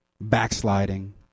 backsliding